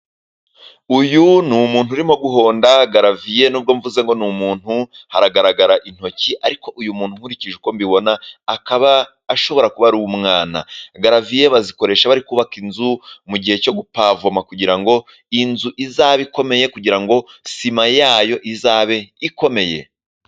Uyu ni umuntu urimo guhonda garaviye. Nubwo mvuze ngo ni umuntu haragaragara intoki, ariko uyu muntu nkurikije uko mbibona akaba ashobora kuba ari umwana. Garaviye bazikoresha bari kubaka inzu mu gihe cyo gupavoma, kugira ngo inzu izabe ikomeye, kugira ngo sima yayo izabe ikomeye.